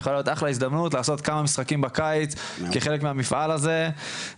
יכול להיות אחלה הזדמנות לעשות כמה משחקים בקיץ כחלק מהמפעל הזה,